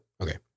Okay